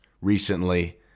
recently